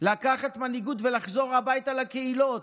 לקחת מנהיגות ולחזור הביתה לקהילות,